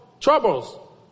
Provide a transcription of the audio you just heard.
troubles